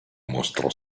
mostrò